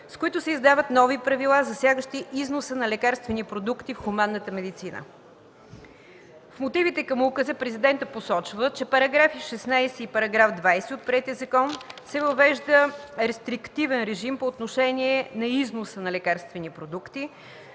с които се създават нови правила, засягащи износа на лекарствени продукти в хуманната медицина. В мотивите към указа Президентът посочва, че с § 16 и § 20 от приетия закон се „въвежда рестриктивен режим по отношение на износа на лекарствени продукти”,